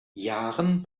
jahren